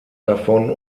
davon